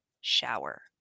shower